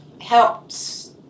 Helped